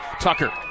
Tucker